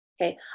Okay